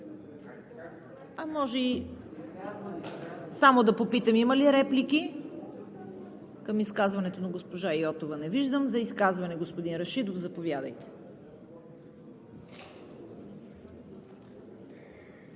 госпожо Йотова. Реплики? Има ли реплики към изказването на госпожа Йотова? Не виждам. За изказване – господин Рашидов, заповядайте.